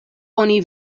oni